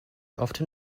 often